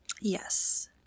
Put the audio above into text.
Yes